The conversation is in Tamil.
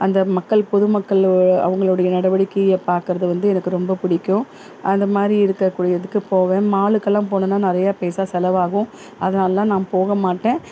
அந்த மக்கள் பொதுமக்கள் அவங்களுடைய நடவடிக்கையை பார்க்கறது வந்து எனக்கு ரொம்ப பிடிக்கும் அந்த மாதிரி இருக்கக்கூடியதுக்கு போவேன் மாலுக்கெல்லாம் போனேன்னா நிறையா பைசா செலவாகும் அதனால தான் நான் போக மாட்டேன்